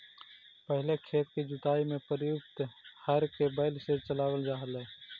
पहिले खेत के जुताई में प्रयुक्त हर के बैल से चलावल जा हलइ